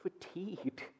fatigued